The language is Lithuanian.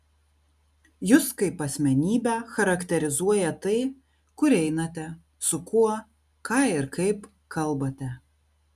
jus kaip asmenybę charakterizuoja tai kur einate su kuo ką ir kaip kalbate